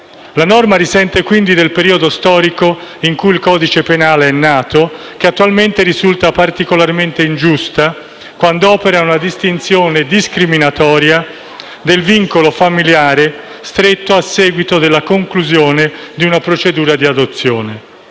La norma risente, quindi, del periodo storico in cui il codice penale è nato, e attualmente risulta particolarmente ingiusta quando opera una distinzione discriminatoria del vincolo familiare stretto a seguito della conclusione di una procedura di adozione.